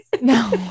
No